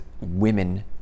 women